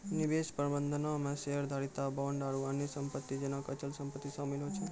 निवेश प्रबंधनो मे शेयरधारिता, बांड आरु अन्य सम्पति जेना कि अचल सम्पति शामिल होय छै